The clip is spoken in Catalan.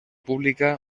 pública